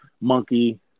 monkey